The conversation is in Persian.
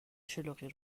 شلوغی